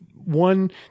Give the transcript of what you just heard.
One